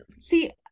see